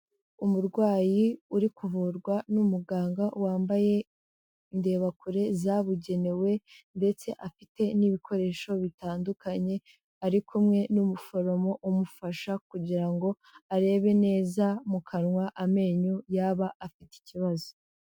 Umurwayi uri kuvurwa n'umuganga wambaye indebakure zabugenewe ndetse afite n'ibikoresho bitandukanye, ari kumwe n'umuforomo umufasha kugira ngo arebe neza mu kanwa amenyo yaba afite ikibazo.